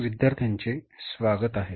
विद्यार्थ्यांचे स्वागत आहे